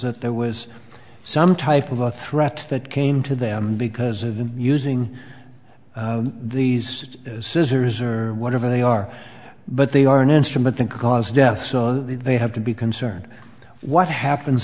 that there was some type of a threat that came to them because of him using these scissors or whatever they are but they are an instrument that cause death so they have to be concerned what happen